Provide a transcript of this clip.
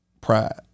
Pride